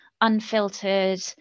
unfiltered